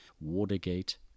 Watergate